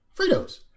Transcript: fritos